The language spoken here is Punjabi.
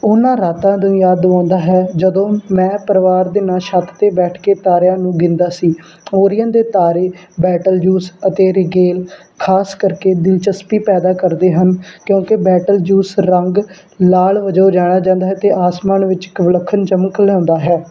ਉਹਨਾਂ ਰਾਤਾਂ ਦੀ ਯਾਦ ਦਿਵਾਉਂਦਾ ਹੈ ਜਦੋਂ ਮੈਂ ਪਰਿਵਾਰ ਦੇ ਨਾਲ ਛੱਤ 'ਤੇ ਬੈਠ ਕੇ ਤਾਰਿਆਂ ਨੂੰ ਗਿਣਦਾ ਸੀ ਓਰੀਅਨ ਦੇ ਤਾਰੇ ਬੈਟਲਜੂਸ ਅਤੇ ਰੀਗੇਲ ਖਾਸ ਕਰਕੇ ਦਿਲਚਸਪੀ ਪੈਦਾ ਕਰਦੇ ਹਨ ਕਿਉਂਕਿ ਬੈਟਲਜੂਸ ਰੰਗ ਲਾਲ ਵਜੋਂ ਜਾਣਿਆ ਜਾਂਦਾ ਹੈ ਅਤੇ ਅਸਮਾਨ ਵਿੱਚ ਇੱਕ ਵਿਲੱਖਣ ਚਮਕ ਲਿਆਉਂਦਾ ਹੈ